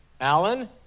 Alan